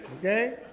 Okay